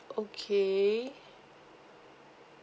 okay